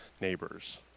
neighbors